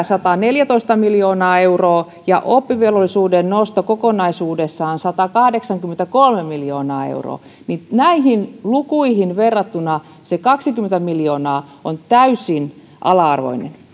sataneljätoista miljoonaa euroa lisää ja oppivelvollisuuden nosto kokonaisuudessaan satakahdeksankymmentäkolme miljoonaa euroa näihin lukuihin verrattuna se kaksikymmentä miljoonaa on täysin ala arvoinen